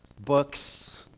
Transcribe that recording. books